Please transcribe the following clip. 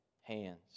hands